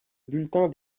butin